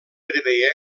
preveia